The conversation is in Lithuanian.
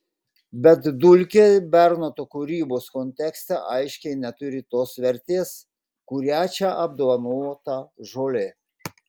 bet dulkė bernoto kūrybos kontekste aiškiai neturi tos vertės kuria čia apdovanota žolė